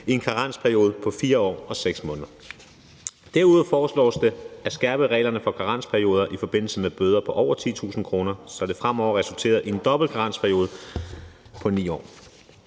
i en karensperiode på 4 år og 6 måneder. Derudover foreslås det at skærpe reglerne for karensperioden i forbindelse med bøder på over 10.000 kr., så det fremover vil resultere i en dobbelt karensperiode på 9 år.